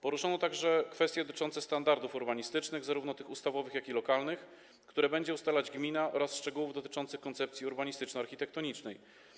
Poruszono także kwestie dotyczące standardów urbanistycznych, zarówno tych ustawowych, jak i lokalnych, które będzie ustalać gmina, oraz szczegółów dotyczących koncepcji urbanistyczno-architektonicznej.